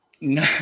No